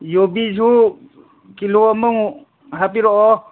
ꯌꯨꯕꯤꯁꯨ kilo ꯑꯃꯃꯨꯛ ꯍꯥꯞꯄꯤꯔꯛꯑꯣ